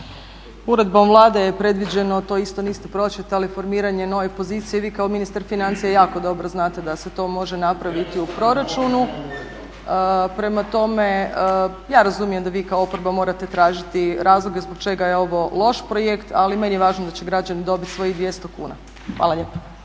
Uredbom Vlade je predviđeno, to isto niste pročitali, formiranje nove pozicije i vi kao ministar financija jako dobro znate da se to može napraviti u proračunu. Prema tome, ja razumijem da vi kao oporba morate tražiti razloge zbog čega je ovo loš projekt, ali meni je važno da će građani dobiti svojih 200 kuna. Hvala lijepa.